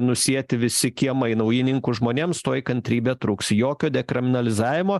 nusėti visi kiemai naujininkų žmonėms tuoj kantrybė trūks jokio dekriminalizavimo